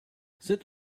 sit